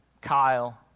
Kyle